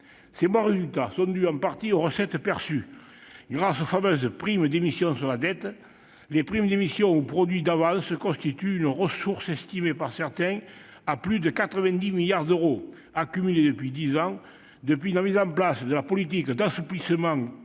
Ces bons résultats sont dus en partie aux recettes perçues grâce aux fameuses primes d'émission sur la dette. Les primes d'émission, ou « produits d'avances », constituent une ressource estimée par certains à plus de 90 milliards d'euros, accumulés depuis dix ans, depuis la mise en place de la politique d'assouplissement quantitatif